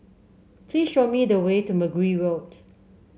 please show me the way to Mergui Road